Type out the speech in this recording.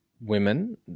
Women